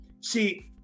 See